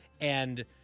And-